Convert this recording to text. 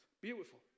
Beautiful